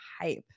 hype